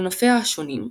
על ענפיה השונים,